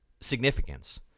significance